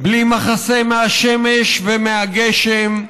בלי מכסה מהשמש ומהגשם,